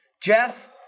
Jeff